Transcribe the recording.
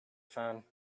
phone